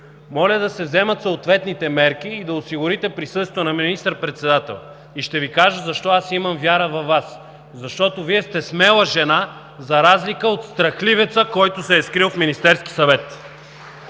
Моля да се вземат съответните мерки и да осигурите присъствието на министър-председателя. Ще Ви кажа защо аз имам вяра във Вас. Защото Вие сте смела жена, за разлика от страхливеца, който се е скрил в Министерския съвет!